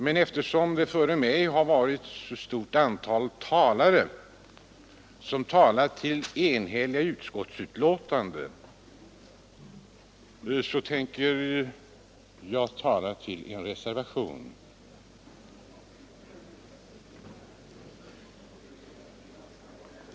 Men eftersom före mig ett stort antal talare har talat för enhälliga utskottsbetänkanden tänker jag tala för en reservation.